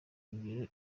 ngiro